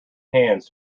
hands